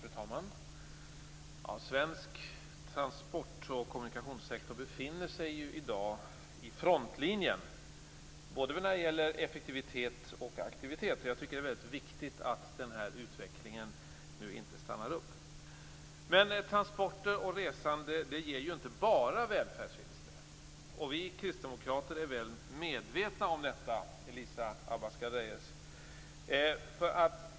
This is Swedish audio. Fru talman! Svensk transport och kommunikationssektor befinner sig i dag i frontlinjen när det gäller både effektivitet och aktivitet. Det är viktigt att utvecklingen inte stannar upp. Men transporter och resande ger inte bara välfärdsvinster. Vi kristdemokrater är väl medvetna om detta, Elisa Abascal Reyes.